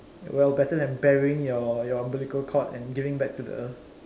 well better than burying your your umbilical cord and giving back to the earth